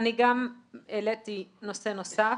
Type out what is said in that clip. גם העליתי נושא נוסף.